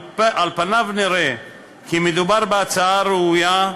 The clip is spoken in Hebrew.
על פניו נראה כי מדובר בהצעה ראויה,